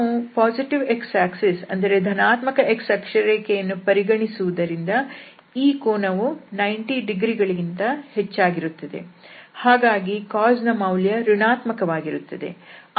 ನಾವು ಧನಾತ್ಮಕ x ಅಕ್ಷರೇಖೆಯನ್ನು ಪರಿಗಣಿಸುವುದರಿಂದ ಈ ಕೋನವು 90 ಡಿಗ್ರಿಗಳಿಗಿಂತ ಹೆಚ್ಚಾಗಿರುತ್ತದೆ ಹಾಗಾಗಿ cos ನ ಮೌಲ್ಯ ಋಣಾತ್ಮಕವಾಗಿರುತ್ತದೆ